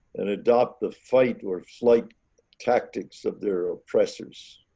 and adopt the fight or flight tactics of their oppressors.